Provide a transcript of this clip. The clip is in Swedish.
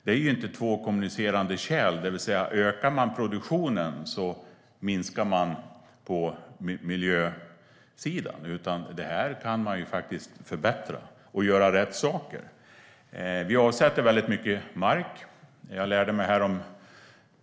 Det är ju inte två kommunicerande kärl, det vill säga ökar man produktionen minskar man på miljösidan, utan man kan faktiskt förbättra och göra rätt saker. Vi avsätter mycket mark.